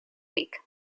week